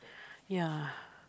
ya